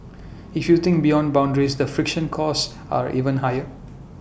if you think beyond boundaries the friction costs are even higher